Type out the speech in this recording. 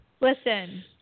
Listen